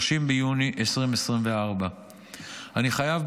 30 ביוני 2024. אני חייב,